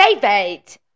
david